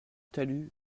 talus